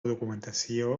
documentació